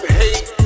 hate